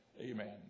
Amen